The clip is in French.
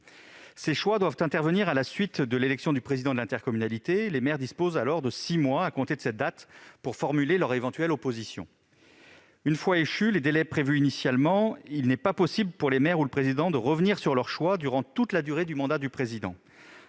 Ces choix doivent intervenir à la suite de l'élection du président de l'intercommunalité : les maires disposent de six mois à compter de cette date pour formuler leur éventuelle opposition. Une fois échus les délais initialement prévus, il n'est pas possible pour les maires ou le président de revenir sur leurs choix durant toute la durée du mandat du président.